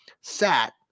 sat